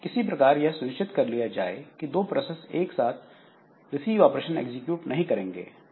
किसी प्रकार यह सुनिश्चित कर लिया जाए कि दो प्रोसेस एक साथ रिसीव ऑपरेशन एग्जीक्यूट नहीं करेंगे